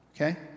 Okay